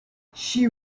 she